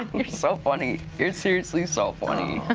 you're so funny. you're seriously so funny.